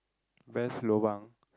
best lobang